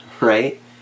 right